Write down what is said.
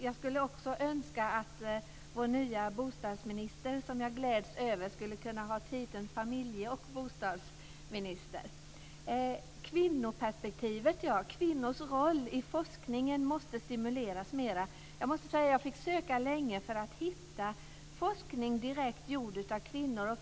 Jag skulle också önska att vår nya bostadsminister, som jag gläds över, skulle kunna ha titeln familje och bostadsminister. Kvinnoperspektivet togs upp. Kvinnors roll i forskningen måste stimuleras mer. Jag måste säga att jag fick söka länge för att hitta forskning direkt gjord av kvinnor.